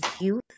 youth